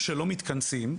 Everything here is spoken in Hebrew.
שלא מתכנסים,